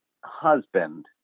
husband